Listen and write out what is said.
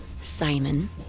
Simon